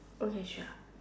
okay sure